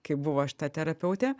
kai buvo šita terapeutė